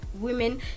women